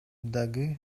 дагы